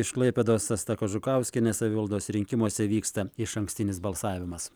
iš klaipėdos asta kažukauskienė savivaldos rinkimuose vyksta išankstinis balsavimas